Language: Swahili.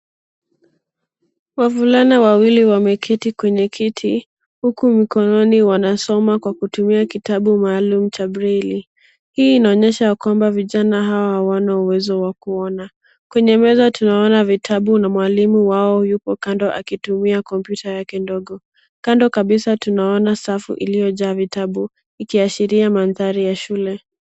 Wavulana wawili wameketi kwenye kiti, huku mkononi wanasoma kwa kutumia kitabu maalum cha breli. Hii inaonyesha ya kwamba vijana hawa hawana uwezo wa kuona. Kwenye meza tunaona vitabu na mwalimu wao yupo kando akitumia kompyuta yake ndogo. Kando kabisa tunaona safu iliyojaa vitabu, ikiashiria mandhari ya shule.